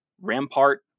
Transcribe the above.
Rampart